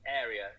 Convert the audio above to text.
area